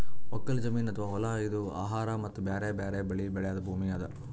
ಒಕ್ಕಲ್ ಜಮೀನ್ ಅಥವಾ ಹೊಲಾ ಇದು ಆಹಾರ್ ಮತ್ತ್ ಬ್ಯಾರೆ ಬ್ಯಾರೆ ಬೆಳಿ ಬೆಳ್ಯಾದ್ ಭೂಮಿ ಅದಾ